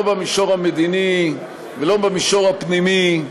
לא במישור המדיני, ולא במישור הפנימי,